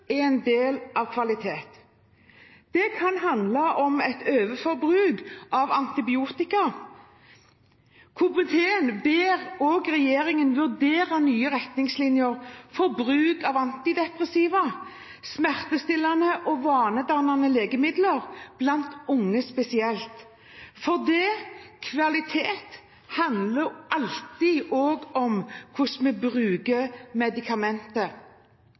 er en del av kvaliteten. Det kan handle om et overforbruk av antibiotika. Komiteen ber regjeringen vurdere nye retningslinjer for bruk av antidepressiva, smertestillende og vanedannende legemidler blant unge spesielt, for kvalitet handler også alltid om hvordan vi bruker medikamenter.